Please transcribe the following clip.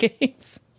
games